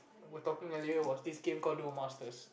were talking earlier was this game called Dual-Masters